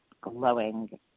glowing